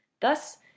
thus